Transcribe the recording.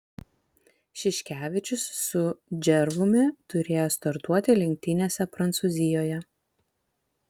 šiškevičius su džervumi turėjo startuoti lenktynėse prancūzijoje